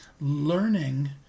learning